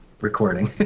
recording